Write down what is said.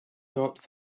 dropped